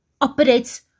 operates